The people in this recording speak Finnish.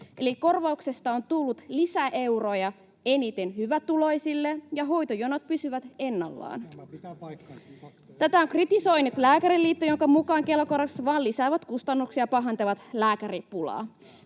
eli korvauksesta on tullut lisäeuroja eniten hyvätuloisille ja hoitojonot pysyvät ennallaan. Tätä on kritisoinut Lääkäriliitto, jonka mukaan Kela-korvaukset vain lisäävät kustannuksia ja pahentavat lääkäripulaa.